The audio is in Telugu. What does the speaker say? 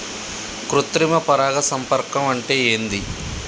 కృత్రిమ పరాగ సంపర్కం అంటే ఏంది?